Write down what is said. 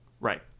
Right